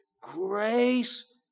grace